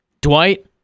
Dwight